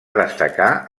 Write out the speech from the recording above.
destacar